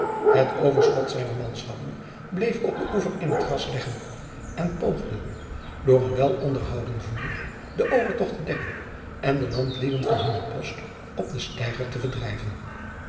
het overschot zijner manschappen bleef op den oever in t gras leggen en poogde door een wel onderhouden vuur den overtocht te dekken en de landlieden van hunne post op den steiger te verdrijven